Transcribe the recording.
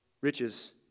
Riches